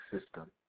system